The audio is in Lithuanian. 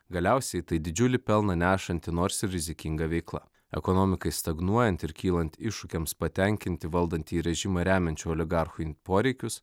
galiausiai tai didžiulį pelną nešanti nors ir rizikinga veikla ekonomikai stagnuojant ir kylant iššūkiams patenkinti valdantį režimą remiančių oligarchų poreikius